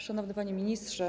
Szanowny Panie Ministrze!